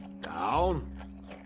Down